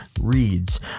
reads